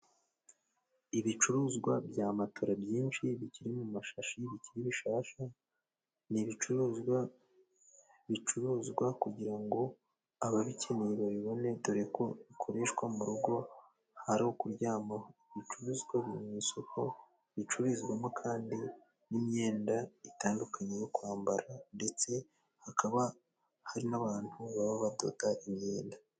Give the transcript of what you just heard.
Ibicuruzwa bya matora byinshi, bikiri mu mashashi, bikiri bishasha, ni ibicuruzwa bicuruzwa kugira ngo ababikeneye babibone, dore ko bikoreshwa mu rugo, hari ukuryama, ibicuruzwa mu isoko ricururizwamo, kandi n'imyenda itandukanye yo kwambara, ndetse hakaba hari n'abantu baba badoda imyenda.